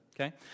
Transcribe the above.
Okay